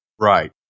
Right